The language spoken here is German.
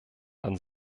dann